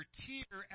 tear